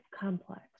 complex